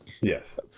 Yes